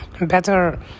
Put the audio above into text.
better